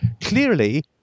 clearly